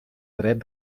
dret